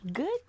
Good